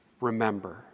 remember